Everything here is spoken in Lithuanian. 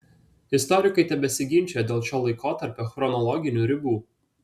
istorikai tebesiginčija dėl šio laikotarpio chronologinių ribų